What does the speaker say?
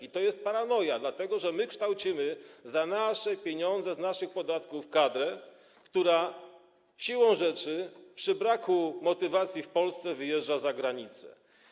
I to jest paranoja, dlatego że my kształcimy za nasze pieniądze, z naszych podatków kadrę, która siłą rzeczy, przy braku motywacji w Polsce, wyjeżdża za granicę.